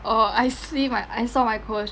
oh I see my I saw my coach